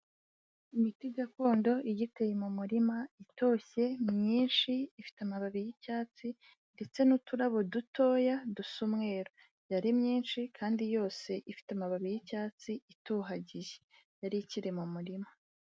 Imiti gakondo igiteye mu murima, itoshye, myinshi, ifite amababi y'icyatsi ndetse n'uturabo dutoya dusa umweru. Yari myinshi kandi yose ifite amababi y'icyatsi itohagiye. Yari ikiri mu murima.